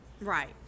Right